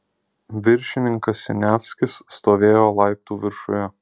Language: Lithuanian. viršininkas siniavskis stovėjo laiptų viršuje